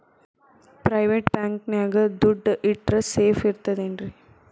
Private bank ನ್ಯಾಗ್ ದುಡ್ಡ ಇಟ್ರ ಸೇಫ್ ಇರ್ತದೇನ್ರಿ?